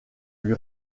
lui